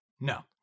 No